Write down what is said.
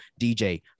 DJ